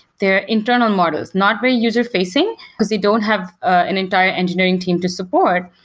they're internal models, not very user-facing, because they don't have an entire engineering team to support.